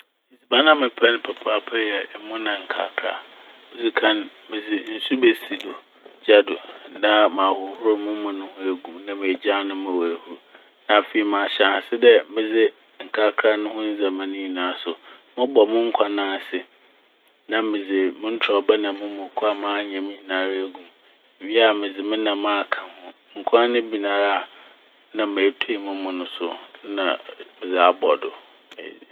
Edziban a mepɛ n' papaapa yɛ ɛmo na nkrakra. Odzikan, medze nsu besi do gya do na mahohor mo mo noho egu m' na megyaa no ma oehur. Na afei mahyɛ ase dɛ medze nkrakra no ho ndzɛmba ne nyinara so. Mɔbɔ mo nkwan n'ase na medze mo ntorɔba na mo muoko a manyam ne nyinaa egu m'. Mowie a medze me nam aka ho. Nkwan ne ben ara a na metuei mo mo no so na medze abɔ do, medzi.